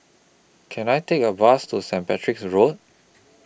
Can I Take A Bus to Saint Patrick's Road